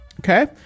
Okay